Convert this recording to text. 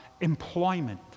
employment